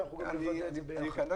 אני מצטרף